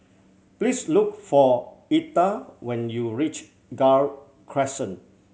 please look for Etta when you reach Gul Crescent